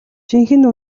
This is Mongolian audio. жинхэнэ